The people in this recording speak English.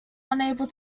unable